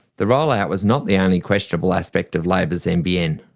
the rollout was not the only questionable aspect of labor's nbn.